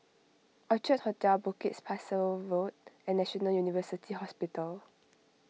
Orchard Hotel Bukit Pasoh Road and National University Hospital